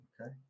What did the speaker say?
Okay